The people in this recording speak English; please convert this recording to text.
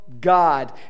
God